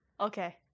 Okay